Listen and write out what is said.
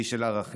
איש של ערכים,